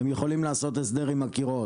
הם יכולים לעשות הסדר עם הקירות.